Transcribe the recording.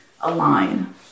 align